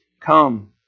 come